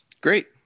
Great